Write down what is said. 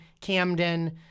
Camden